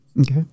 okay